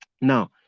now